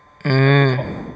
mm